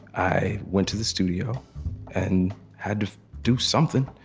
i went to the studio and had to do something,